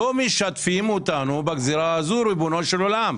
לא משתפים אותנו בגזרה הזאת, ריבונו של עולם.